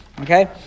Okay